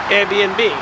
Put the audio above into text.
Airbnb